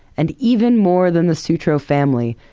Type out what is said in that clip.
and even more than the sutro family,